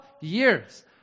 years